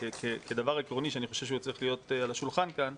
כדבר עקרוני שצריך להיות כאן על השולחן.